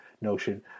notion